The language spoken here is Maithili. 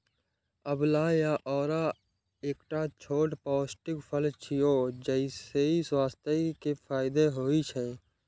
आंवला या औरा एकटा छोट पौष्टिक फल छियै, जइसे स्वास्थ्य के फायदा होइ छै